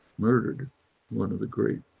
murdered one of the great